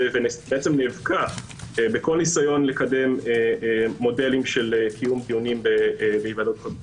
ונאבקה בכל ניסיון לקדם מודלים של קיום דיונים בהיוועדות חזותית,